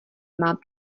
mám